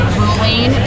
ruling